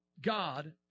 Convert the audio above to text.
God